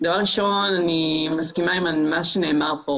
אני מסכימה עם מה שנאמר כאן.